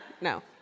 No